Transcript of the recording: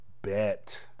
Bet